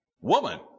woman